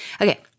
Okay